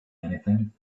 anything